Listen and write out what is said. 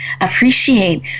appreciate